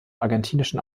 argentinischen